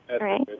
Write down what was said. Right